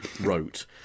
wrote